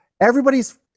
everybody's